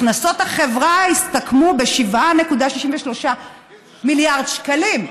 הכנסות החברה הסתכמו ב-7.63 מיליארד שקלים.